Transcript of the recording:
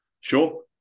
sure